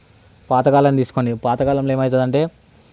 పాతకాలం తీసుకొని పాత కాలంలో ఏమవుతదంటే